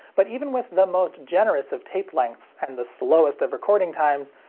but even with the most generous of tape lengths and the slowest of recording times,